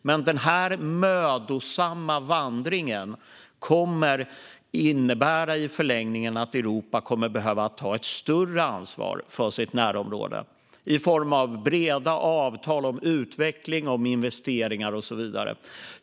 Men denna mödosamma vandring kommer i förlängningen att innebära att Europa behöver ta ett större ansvar för sitt närområde i form av breda avtal om utveckling, investeringar och så vidare.